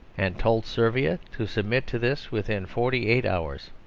and told servia to submit to this within forty-eight hours.